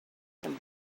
them